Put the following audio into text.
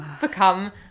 become